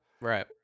Right